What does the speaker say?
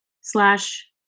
slash